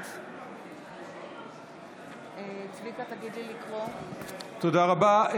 נמנעת תודה רבה.